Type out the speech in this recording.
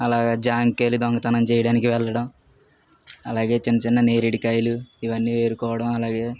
అలాగా జాంకాయలు దొంగతనం చేయడానికి వెళ్ళడం అలాగే చిన్న చిన్న నేరేడుకాయలు ఇవ్వన్నీ ఏరుకోవడం అలాగే